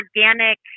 organic